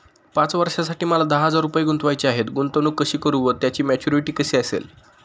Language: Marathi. पाच वर्षांसाठी मला दहा हजार रुपये गुंतवायचे आहेत, गुंतवणूक कशी करु व त्याची मॅच्युरिटी कशी असेल?